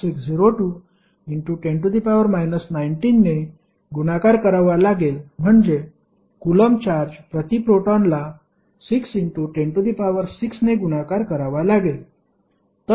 60210 19 ने गुणाकार करावा लागेल म्हणजे कुलम्ब चार्ज प्रति प्रोटॉनला 6106 ने गुणाकार करावा लागेल